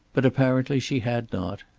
but apparently she had not,